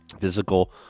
Physical